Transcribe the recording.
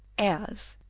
as,